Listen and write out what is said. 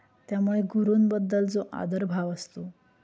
त्यामुळे गुरूंबद्दल जो आदरभाव असतो